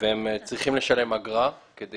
והם צריכים לשלם אגרה כדי